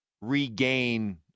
regain